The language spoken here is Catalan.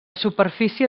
superfície